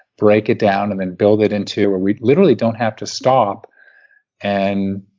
break it down, and then build it into where we literally don't have to stop and